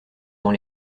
dans